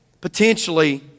potentially